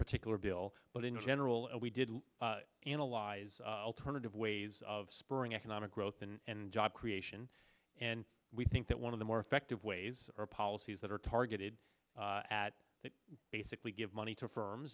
particular bill but in general we did analyze alternative ways of spring economic growth and job creation and we think that one of the more effective ways or policies that are targeted at that basically give money to firms